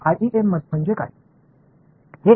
எனவே IEM என்றால் என்ன